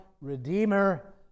redeemer